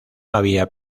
había